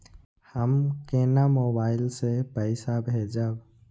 हम केना मोबाइल से पैसा भेजब?